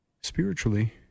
spiritually